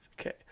okay